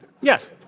Yes